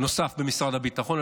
נוסף במשרד הביטחון,